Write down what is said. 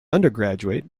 undergraduate